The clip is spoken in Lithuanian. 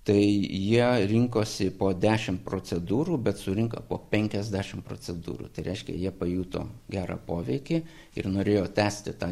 tai jie rinkosi po dešim procedūrų bet surinko po penkiasdešim procedūrų tai reiškia jie pajuto gerą poveikį ir norėjo tęsti tą